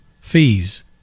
Fees